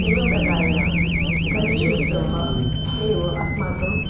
एवं प्रकारेण गणेश उत्सवः एव अस्माकं